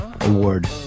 Award